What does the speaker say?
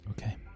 Okay